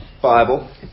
Bible